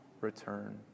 return